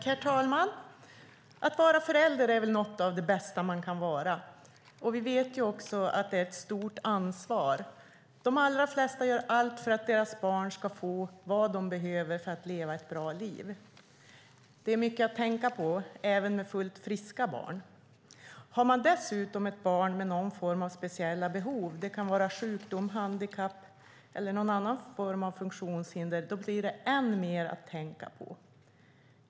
Herr talman! Att vara förälder är något av det bästa man kan vara. Vi vet också att det är ett stort ansvar. De allra flesta gör allt för att deras barn ska få vad de behöver för att leva ett bra liv. Det är mycket att tänka på även med fullt friska barn. Har man dessutom ett barn med någon form av speciella behov, det kan vara sjukdom, handikapp eller någon annan form av funktionshinder, blir det än mer att tänka på.